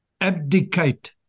abdicate